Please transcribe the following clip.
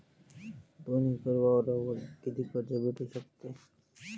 दोन एकर वावरावर कितीक कर्ज भेटू शकते?